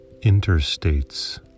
interstates